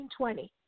1920